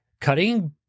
Cutting